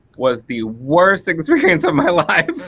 was the worst experience of my life.